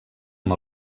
amb